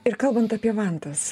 ir kalbant apie vantas